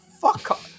fuck